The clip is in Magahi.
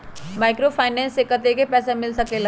माइक्रोफाइनेंस से कतेक पैसा मिल सकले ला?